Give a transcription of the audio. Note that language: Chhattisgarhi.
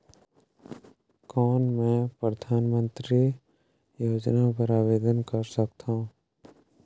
कौन मैं परधानमंतरी योजना बर आवेदन कर सकथव?